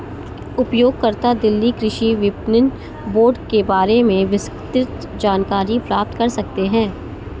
उपयोगकर्ता दिल्ली कृषि विपणन बोर्ड के बारे में विस्तृत जानकारी प्राप्त कर सकते है